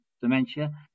dementia